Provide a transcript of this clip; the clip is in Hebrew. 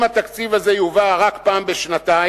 אם התקציב הזה יובא רק פעם בשנתיים,